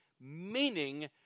meaning